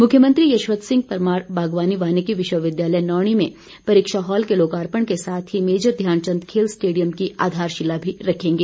मुख्यमंत्री यशवंत सिंह परमार बागवानी वानिकी विश्वविद्यालय नौणी में परीक्षा हॉल के लोकार्पण के साथ ही मेजर ध्यान चंद खेल स्टेडियम की आधारशिला भी रखेंगे